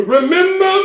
Remember